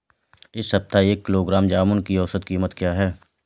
इस सप्ताह एक किलोग्राम जामुन की औसत कीमत क्या है?